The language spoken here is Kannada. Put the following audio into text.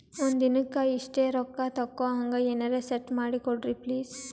ಒಂದಿನಕ್ಕ ಇಷ್ಟೇ ರೊಕ್ಕ ತಕ್ಕೊಹಂಗ ಎನೆರೆ ಸೆಟ್ ಮಾಡಕೋಡ್ರಿ ಪ್ಲೀಜ್?